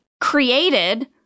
created